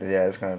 ya this kind of